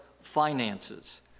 finances